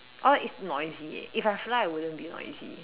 or it's noisy if I fly I wouldn't be noisy